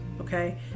okay